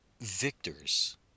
victors